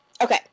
Okay